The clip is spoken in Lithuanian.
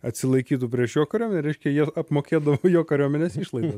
atsilaikytų prieš jo kariuomenę reiškia jie apmokėdavo jo kariuomenės išlaidas